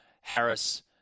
Harris